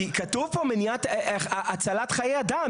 כי כתוב פה הצלת חיי אדם,